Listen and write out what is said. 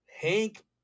Hank